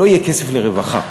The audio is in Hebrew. לא יהיה כסף לרווחה,